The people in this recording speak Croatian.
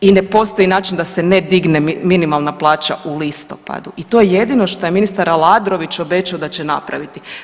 I ne postoji način da se ne digne minimalna plaća u listopadu i to je jedino što je ministar Aladrović obećao da će napraviti.